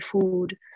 food